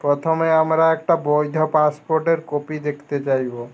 প্রথমে আমরা একটা বৈধ পাসপোর্টের কপি দেখতে চাইবো